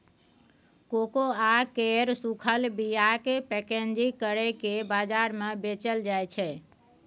cocoa केर सूखल बीयाकेँ पैकेजिंग करि केँ बजार मे बेचल जाइ छै